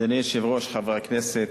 אדוני היושב-ראש, חברי הכנסת,